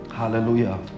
Hallelujah